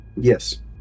Yes